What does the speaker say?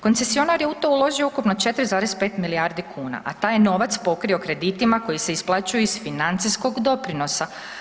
Koncesionar je u to uložio ukupno 4,5 milijardi kuna a taj je novac pokrio kreditima koji se isplaćuju iz financijskog doprinosa.